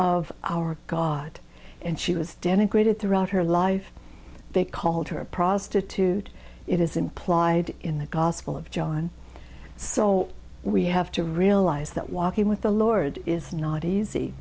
of our god and she was denigrated throughout her life they called her a prostitute it is implied in the gospel of john so we have to realize that walking with the lord is not easy